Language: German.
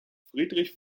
friedrich